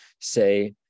say